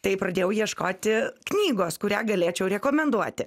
tai pradėjau ieškoti knygos kurią galėčiau rekomenduoti